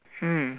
mm